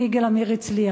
יגאל עמיר הצליח.